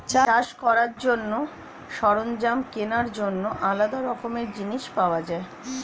চাষ করার জন্য সরঞ্জাম কেনার জন্য আলাদা রকমের জিনিস পাওয়া যায়